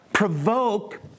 provoke